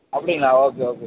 அப்படிங்களா okay okay sir